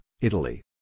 Italy